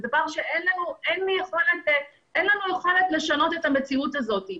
אין לנו יכולת לשנות את המציאות הזאת.